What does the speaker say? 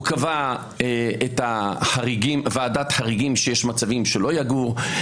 הוא קבע ועדת חריגים למצבים שלא יגורו במקום,